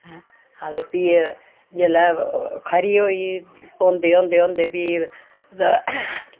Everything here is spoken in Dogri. डिस्टैंस ऐ डिस्टेंस होई गेआ जेहके स्हाड़े जेहके स्हाड़े कदम जेहके असें चले दे न